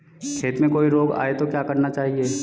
खेत में कोई रोग आये तो क्या करना चाहिए?